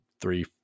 three